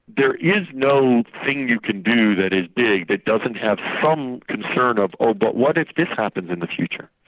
there is no thing you can do that is big that doesn't have some concern of oh, but what if this happens in the future?